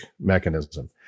mechanism